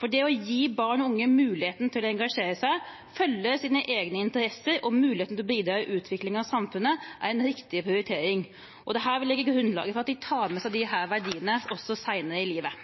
for det å gi barn og unge muligheten til å engasjere seg, følge sine egne interesser og mulighet til å bidra i utviklingen av samfunnet er en riktig prioritering, og det vil legge grunnlag for at de tar med seg disse verdiene videre i livet.